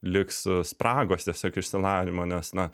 liks spragos tiesiog išsilavinimo nes na